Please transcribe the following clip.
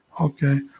okay